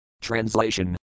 Translation